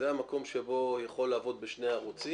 זה המקום שבו יכול לעבוד בשני ערוצים.